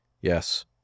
Yes